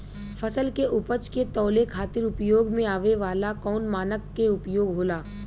फसल के उपज के तौले खातिर उपयोग में आवे वाला कौन मानक के उपयोग होला?